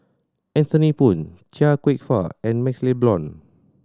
Anthony Poon Chia Kwek Fah and MaxLe Blond